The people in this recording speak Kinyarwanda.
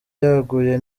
yaguye